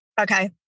okay